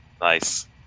nice